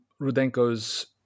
Rudenko's